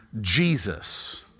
Jesus